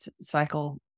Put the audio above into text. cycle